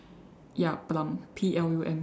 ya plum P L U M